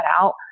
out